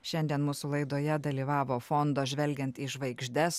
šiandien mūsų laidoje dalyvavo fondo žvelgiant į žvaigždes